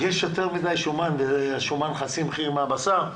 יותר מדי שומן בבשר הטחון.